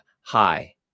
Hi